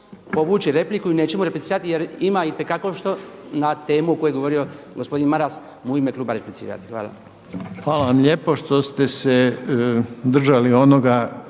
povući repliku i neću mu replicirati jer ima itekako što na temu o kojoj je govorio gospodin Maras u ime kluba replicirati. Hvala.